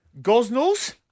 Gosnells